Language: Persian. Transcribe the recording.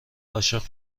عاشق